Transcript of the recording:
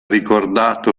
ricordato